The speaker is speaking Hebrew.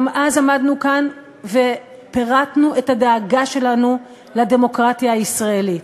גם אז עמדנו כאן ופירטנו את הדאגה שלנו לדמוקרטיה הישראלית.